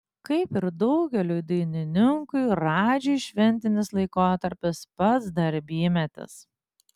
kaip ir daugeliui dainininkų radžiui šventinis laikotarpis pats darbymetis